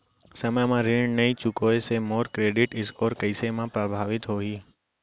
समय म ऋण नई चुकोय से मोर क्रेडिट स्कोर कइसे म प्रभावित होही?